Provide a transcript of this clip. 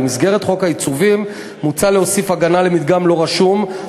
ובמסגרת חוק העיצובים מוצע להוסיף הגנה למדגם לא רשום,